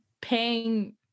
paying